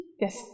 Yes